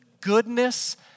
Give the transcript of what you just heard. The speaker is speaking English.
goodness